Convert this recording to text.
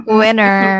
winner